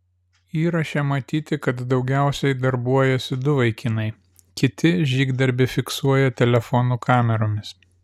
įraše matyti kad daugiausiai darbuojasi du vaikinai kiti žygdarbį fiksuoja telefonų kameromis